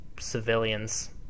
civilians